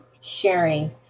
sharing